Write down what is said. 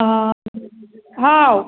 ꯑꯥ ꯍꯥꯎ